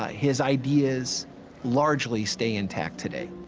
ah his ideas largely stay intact today.